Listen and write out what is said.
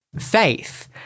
faith